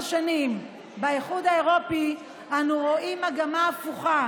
באיחוד האירופי אנחנו רואים מגמה הפוכה,